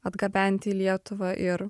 atgabenti į lietuvą ir